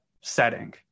setting